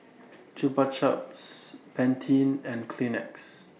Chupa Chups Pantene and Kleenex